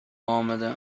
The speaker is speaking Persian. آمدم